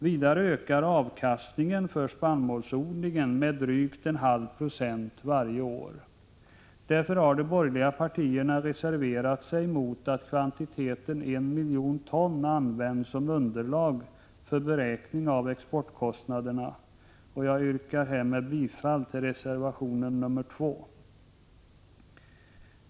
Vidare ökar avkastningen för spannmålsodlingen med drygt en halv procent varje år. Därför har de borgerliga partierna reserverat sig mot att kvantiteten en miljon ton används som underlag för beräkning av exportkostnaderna. Jag yrkar härmed bifall till reservation 2.